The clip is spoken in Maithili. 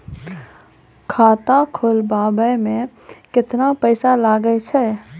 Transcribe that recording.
खाता खोलबाबय मे केतना पैसा लगे छै?